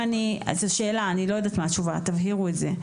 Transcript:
זו שאלה, אני לא יודעת מה התשובה, תבהירו את זה.